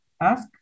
ask